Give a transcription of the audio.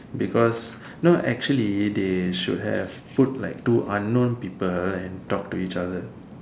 because no actually they should have put like two unknown people and talk to each other